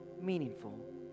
meaningful